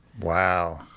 Wow